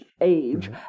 age